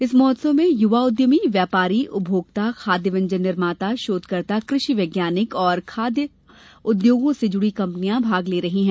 इस महोत्सव में युवा उद्यमी व्यापारी उपभोक्ता खाद्य व्यंजन निर्माता शोधकर्ता कृषि वैज्ञानिक और खाद्य उद्योगों से जुड़ी कंपनियां भाग ले रही हैं